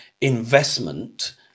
investment